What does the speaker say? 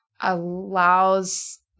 allows